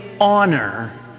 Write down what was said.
honor